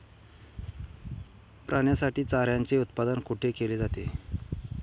प्राण्यांसाठी चाऱ्याचे उत्पादन कुठे केले जाते?